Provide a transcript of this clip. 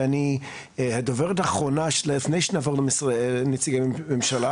והדוברת האחרונה לפני שנעבור לנציגי ממשלה